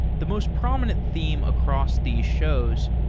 the most prominent theme across these shows,